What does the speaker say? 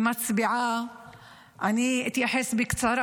אתייחס בקצרה,